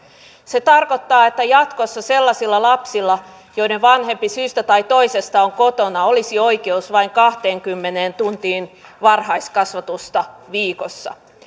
se tarkoittaa että jatkossa sellaisilla lapsilla joiden vanhempi syystä tai toisesta on kotona olisi oikeus vain kahteenkymmeneen tuntiin varhaiskasvatusta viikossa